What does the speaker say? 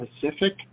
pacific